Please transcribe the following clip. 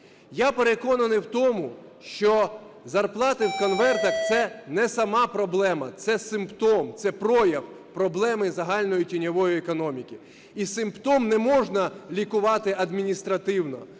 Я переконаний в тому, що зарплати в конвертах - це не сама проблема, це симптом, це прояв проблеми загальної тіньової економіки. І симптом не можна лікувати адміністративно.